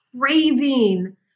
craving